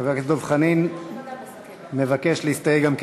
חבר הכנסת דב חנין מבקש להסתייג גם כן.